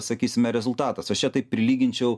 sakysime rezultatas aš čia tai prilyginčiau